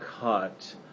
cut